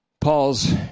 Paul's